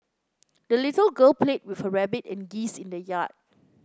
the little girl played with her rabbit and geese in the yard